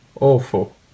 Awful